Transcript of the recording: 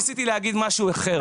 ניסיתי להגיד משהו אחר.